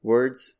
Words